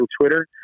Twitter